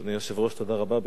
אדוני היושב-ראש, תודה רבה.